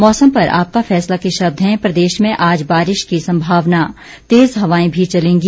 मौसम पर आपका फैसला के शब्द हैं प्रदेश में आज बारिश की सम्मावना तेज हवाएं मी चलेंगी